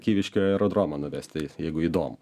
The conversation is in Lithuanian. kyviškių aerodromą nuvesti jeigu įdomu